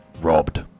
Robbed